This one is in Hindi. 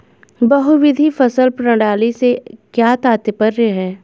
बहुविध फसल प्रणाली से क्या तात्पर्य है?